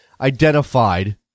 identified